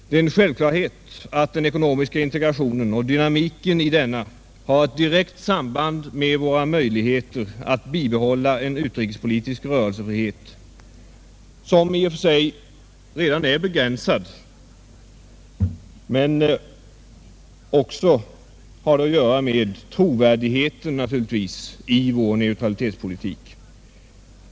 Det är en självklarhet att den ekonomiska integrationen och dynamiken i denna har ett direkt samband med våra möjligheter att bibehålla en utrikespolitisk rörelsefrihet, som i och för sig redan är begränsad men naturligtvis också har att göra med trovärdigheten i vår neutralitetspolitik.